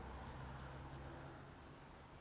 I played it on err P_S three